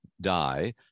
die